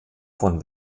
von